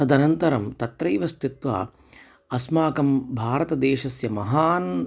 तदरन्तरं तत्रैव स्थित्वा अस्माकं भारतदेशस्य महान्